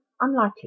Unlikely